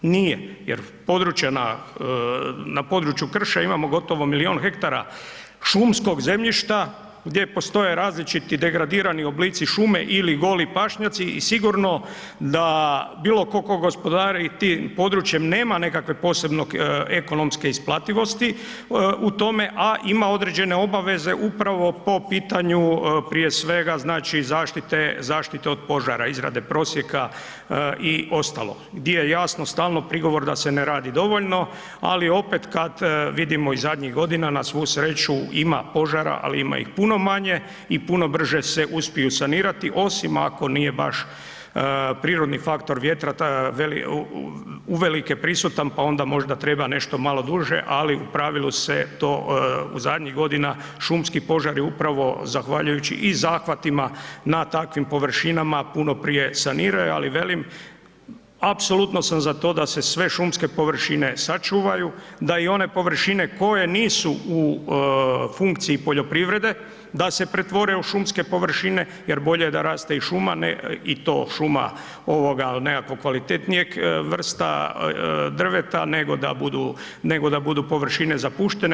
Nije jer područja, na području krša imamo gotovo milijun hektara šumskog zemljišta gdje postoje različiti degradirani oblici šume ili goli pašnjaci i sigurno da bilo tko, tko gospodari tim područjem nema nekakvog posebnog ekonomske isplativosti u tome, a ima određene obaveze upravo po pitanju, prije svega, zaštite od požara, izrade prosjeka i ostalo, gdje je jasno, stalno prigovor da se ne radi dovoljno, ali opet, kad vidimo zadnjih godina na svu sreću ima požara, ali ima ih puno manje i puno brže se usiju sanirati, osim ako nije baš prirodni faktor vjetra, uvelike prisutan pa onda možda treba nešto malo duže, ali u pravilu se to u zadnjih godina šumski požar je upravo zahvaljujući i zahvatima na takvim površinama, puno prije saniraju, ali velik, apsolutno sam za to da se sve šumske površine sačuvaju, da i one površine koje nisu u funkciji poljoprivrede, da se pretvore u šumske površine jer bolje da raste i šuma i to šuma ovoga od nekakvog vrsta drveta nego da budu površine zapuštene.